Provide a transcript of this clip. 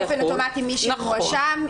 באופן אוטומטי מי שמואשם,